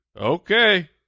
Okay